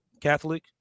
Catholic